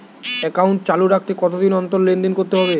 Account চালু রাখতে কতদিন অন্তর লেনদেন করতে হবে?